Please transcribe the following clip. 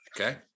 Okay